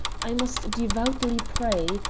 i most devoutly pray,